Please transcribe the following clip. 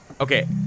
Okay